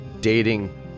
dating